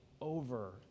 over